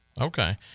Okay